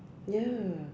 ya